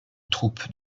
troupes